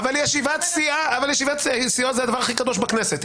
ישיבת סיעה זה הדבר הכי קדוש בכנסת.